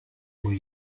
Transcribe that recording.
were